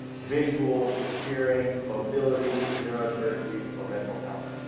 visual, hearing, mobility, neurodiversity, or mental health.